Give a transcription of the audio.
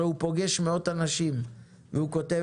הרי הוא פוגש מאות אנשים והוא כותב